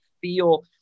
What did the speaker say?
feel